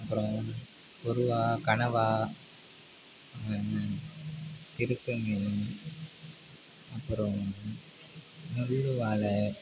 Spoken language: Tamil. அப்புறம் கொடுவா கனவா திருக்கை மீன் அப்புறம் முள் வாலை